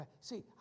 see